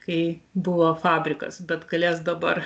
kai buvo fabrikas bet galės dabar